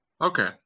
Okay